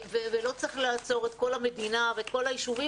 ולא צריך לעצור את כל המדינה ואת כל היישובים,